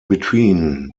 between